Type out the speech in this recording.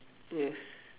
yes